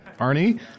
Arnie